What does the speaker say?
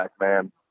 man